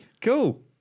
Cool